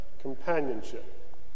companionship